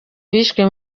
bishwe